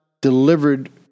delivered